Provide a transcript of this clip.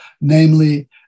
Namely